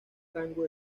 rango